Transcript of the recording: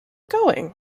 going